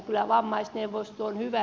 kyllä vammaisneuvosto on hyvä